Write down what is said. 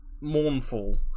mournful